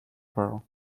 pearl